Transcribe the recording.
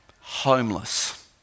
homeless